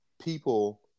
people